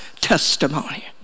testimony